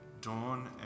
Dawn